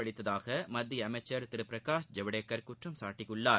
அளித்ததாக மத்திய அமைச்ச் திரு பிரகாஷ் ஜவ்டேகர் குற்றம் சாட்டியுள்ளார்